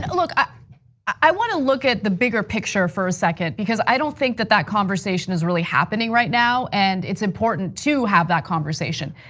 look, i i wanna look at the bigger picture for a second, because i don't think that, that conversation is really happening right now. and it's important to have that conversation.